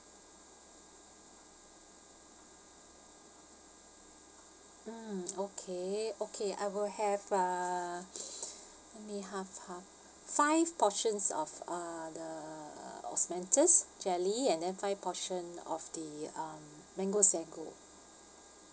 mm okay okay I will have uh let me half half five portions of uh the osmanthus jelly and then five portion of the um mango sago